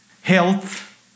health